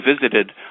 visited